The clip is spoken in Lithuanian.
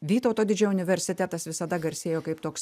vytauto didžiojo universitetas visada garsėjo kaip toks